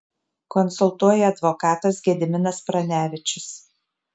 konsultuoja advokatas gediminas pranevičius